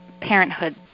parenthood